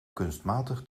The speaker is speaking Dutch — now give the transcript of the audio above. kunstmatig